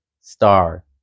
star